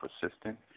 persistent